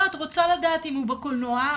את רוצה לדעת אם הוא בקולנוע,